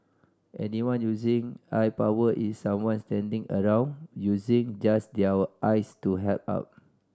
anyone using eye power is someone standing around using just their eyes to help out